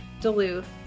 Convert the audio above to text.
Duluth